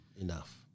enough